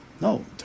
No